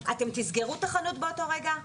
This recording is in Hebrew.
אתם תסגרו את החנות באותו רגע?